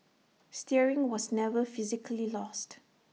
steering was never physically lost